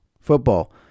football